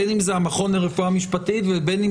בין אם זה המכון לרפואה משפטית ובין אם